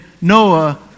Noah